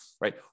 Right